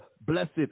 Blessed